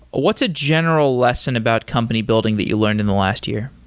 what's a general lesson about company building that you learned in the last year?